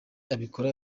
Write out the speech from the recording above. abikora